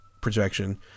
projection